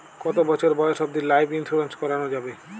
কতো বছর বয়স অব্দি লাইফ ইন্সুরেন্স করানো যাবে?